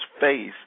face